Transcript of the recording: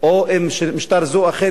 אם משטר זה או אחר יעלה,